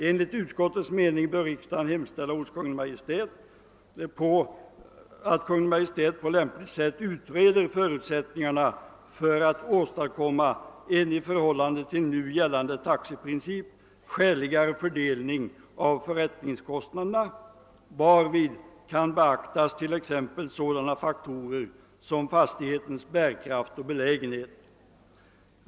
Enligt utskottets mening bör riksdagen hemställa att Kungl. Maj:t på lämpligt sätt utreder förutsättningarna för att åstadkomma en i förhållande till nu gällande taxeprincip skäligare fördelning av förrättningskostnaderna varvid kan beaktas t.ex. sådana faktorer som fastighetens bärkraft och belägenhet.